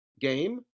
game